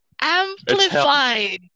amplified